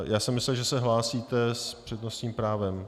Já jsem myslel, že se hlásíte s přednostním právem.